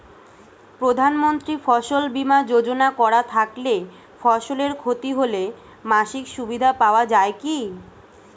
প্রধানমন্ত্রী ফসল বীমা যোজনা করা থাকলে ফসলের ক্ষতি হলে মাসিক সুবিধা পাওয়া য়ায় কি?